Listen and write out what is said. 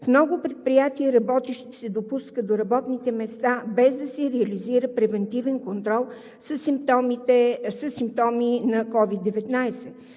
в много предприятия работещите се допускат до работните места, без да се реализира превантивен контрол със симптоми на COVID-19.